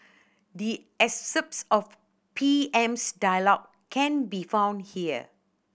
the excerpts of P M's dialogue can be found here